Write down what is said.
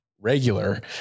regular